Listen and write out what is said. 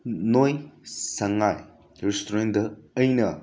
ꯅꯣꯏ ꯁꯉꯥꯏ ꯔꯦꯁꯇꯨꯔꯦꯟꯗ ꯑꯩꯅ